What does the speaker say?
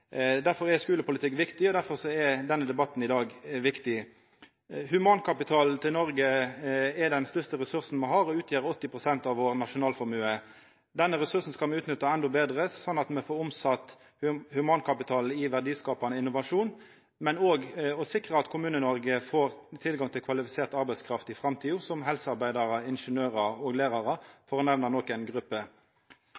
Derfor er skulepolitikk og debatten i dag viktig. Humankapitalen til Noreg er den største ressursen me har, og utgjer 80 pst. av vår nasjonalformue. Denne ressursen skal me utnytta endå betre, slik at me får omsett humankapital i verdiskapande innovasjon, men òg sikrar at Kommune-Noreg får tilgang til kvalifisert arbeidskraft i framtida – som helsearbeidarar, ingeniørar og lærarar,